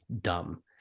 dumb